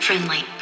Friendly